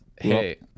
Hey